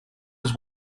was